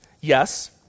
Yes